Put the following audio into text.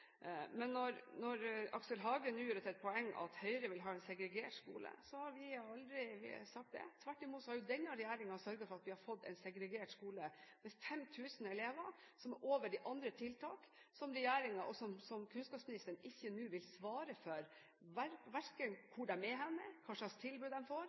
Men når Aksel Hagen nå gjør det til et poeng at Høyre vil ha en segregert skole, så har vi aldri sagt det. Tvert imot har jo denne regjeringen sørget for at vi har fått en segregert skole med 5 000 elever som er over i andre tiltak som regjeringen og kunnskapsministeren nå ikke vil svare for, verken hvor de er hen, hva slags tilbud de får